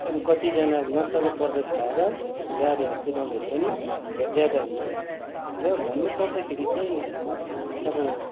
कतिजना नसालु पदार्थ खाएर गाडीहरू कुदाउनेहरू पनि ज्यादा हुन्छ र भन्नु पर्दाखेरि चाहिँ अब